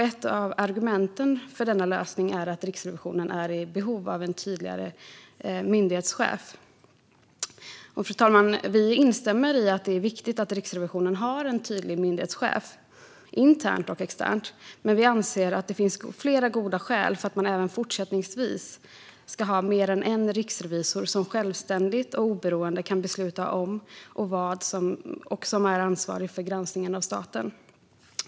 Ett av argumenten för denna lösning är att Riksrevisionen är i behov av en tydligare myndighetschef. Fru talman! Vi instämmer i att det är viktigt att Riksrevisionen har en tydlig myndighetschef internt och externt. Men vi anser att det finns flera goda skäl för att man även fortsättningsvis ska ha mer än en riksrevisor som självständigt och oberoende kan besluta om och vad som ska granskas och som är ansvarig för granskningen av staten.